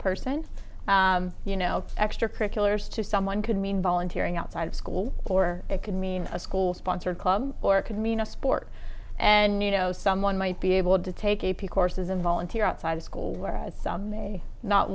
person you know extracurriculars to someone could mean volunteering outside of school or it could mean a school sponsored club or it could mean a sport and you know someone might be able to take a p courses and volunteer outside of school where i may not